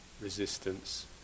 resistance